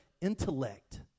intellect